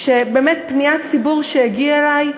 באמת פניית ציבור שהגיעה אלי,